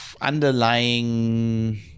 underlying